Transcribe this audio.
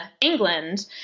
England